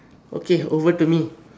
okay over to me